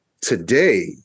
today